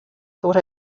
thought